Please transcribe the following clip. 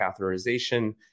catheterization